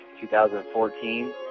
2014